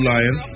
Lion